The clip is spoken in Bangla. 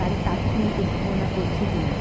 তাদের তাৎক্ষণিক উদ্ভাবনা করছে কি না